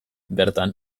bertan